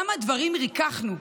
כמה דברים ריככנו,